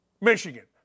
Michigan